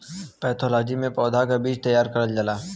pathology में पौधा के बीज तैयार करल जाला